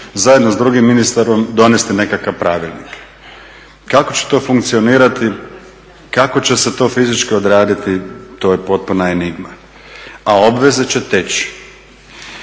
zajedno s drugim ministrom donesti nekakav Pravilnik. Kako će to funkcionirati, kako će se to fizički odraditi to je potpuna enigma, a obveze će teći.